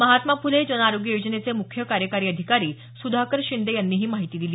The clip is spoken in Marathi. महात्मा फुले जन आरोग्य योजनेचे मुख्य कार्यकारी अधिकारी सुधाकर शिंदे यांनी ही माहिती दिली